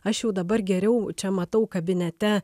aš jau dabar geriau čia matau kabinete